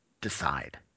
decide